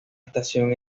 estación